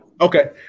Okay